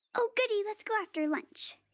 oh goodie, let's go after lunch.